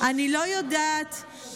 אני לא יודעת מי עומד,